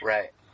Right